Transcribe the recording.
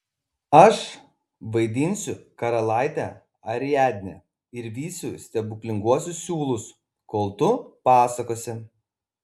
aš vaidinsiu karalaitę ariadnę ir vysiu stebuklinguosius siūlus kol tu pasakosi